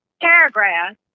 paragraph